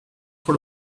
for